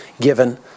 given